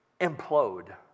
implode